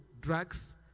drugs